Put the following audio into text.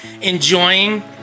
enjoying